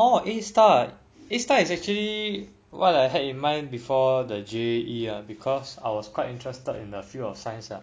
orh A star A star is actually what I had in mind before the J_A_E because I was quite interested in the field of science ah